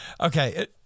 Okay